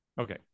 Okay